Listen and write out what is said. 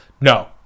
No